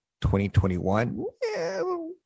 2021